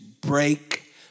break